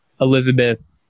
Elizabeth